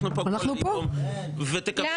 אנחנו פה